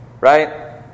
right